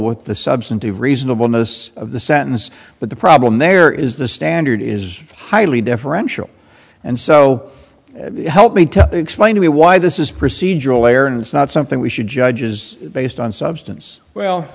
with the substantive reasonableness of the sentence but the problem there is the standard is highly deferential and so help me to explain to me why this is procedural error and it's not something we should judge is based on substance well